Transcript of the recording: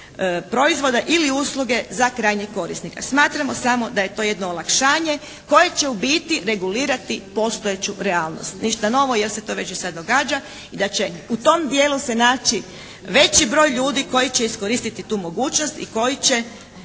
proizvoda ili usluge za krajnjeg korisnika. Smatramo samo da je to jedno olakšanje koje će u biti regulirati postojeću realnost. Ništa novo jer se to već i sad događa. I da će u tom dijelu se naći veći broj ljudi koji će iskoristiti tu mogućnost i koji će